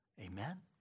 Amen